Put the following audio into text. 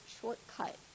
shortcut